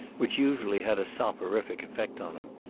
which usually had a soporific effect on him.